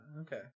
Okay